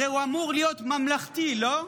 הרי הוא אמור להיות ממלכתי, לא?